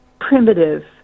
primitive